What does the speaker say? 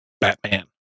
batman